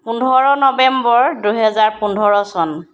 পোন্ধৰ নৱেম্বৰ দুহেজাৰ পোন্ধৰ চন